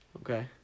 Okay